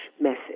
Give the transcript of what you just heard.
message